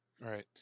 Right